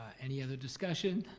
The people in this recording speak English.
any other discussion?